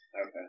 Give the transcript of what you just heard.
Okay